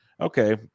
okay